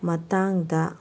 ꯃꯇꯥꯡꯗ